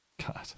God